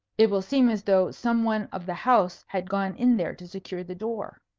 it will seem as though some one of the house had gone in there to secure the door.